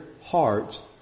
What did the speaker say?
hearts